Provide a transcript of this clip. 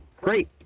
Great